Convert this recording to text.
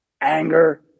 Anger